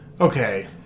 okay